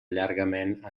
llargament